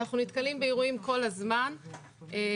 אנחנו נתקלים כל הזמן באירועים,